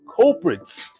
culprits